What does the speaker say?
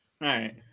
right